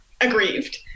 aggrieved